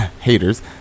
haters